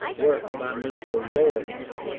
work by mr. lorimer.